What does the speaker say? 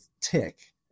tick